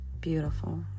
Beautiful